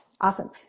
awesome